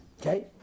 okay